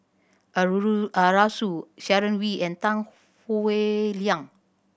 Arasu Sharon Wee and Tan Howe Liang